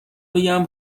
بگم